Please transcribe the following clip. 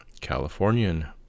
californian